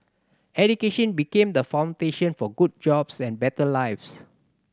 education became the foundation for good jobs and better lives